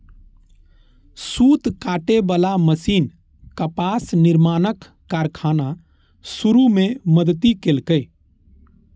सूत काटे बला मशीन कपास निर्माणक कारखाना शुरू मे मदति केलकै